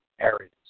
areas